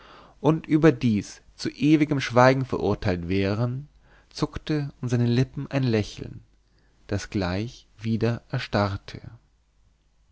und überdies zu ewigem schweigen verurteilt wären zuckte um seine lippen ein lächeln das gleich wieder erstarrte